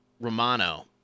Romano